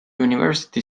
university